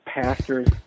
pastors